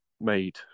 made